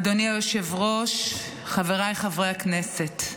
אדוני היושב-ראש, חבריי חברי הכנסת,